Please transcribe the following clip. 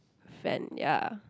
fan ya